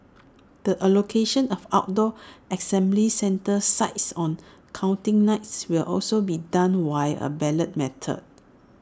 the allocation of outdoor assembly centre sites on counting night will also be done via A ballot method